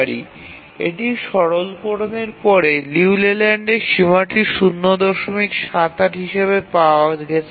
এবং এটি সরলকরণের পরে লিউ লেল্যান্ডের সীমাটি ০৭৮ হিসাবে পাওয়া গেছে